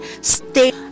stay